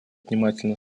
внимательно